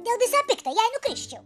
dėl visa pikta jei nukrisčiau